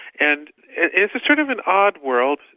and it's a sort of an odd world,